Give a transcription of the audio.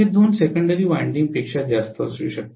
हे दोन secondary winding पेक्षा जास्त असू शकते